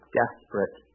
desperate